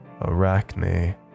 Arachne